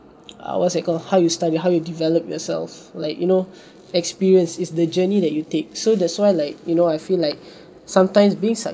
err what's that called how you study how you develop yourself like you know experience it's the journey that you take so that's why like you know I feel like sometimes being